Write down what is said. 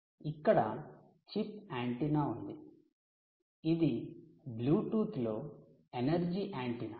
ఇక్కడ chip antenna ఉంది ఇది బ్లూటూత్ లో ఎనర్జీ యాంటెన్నా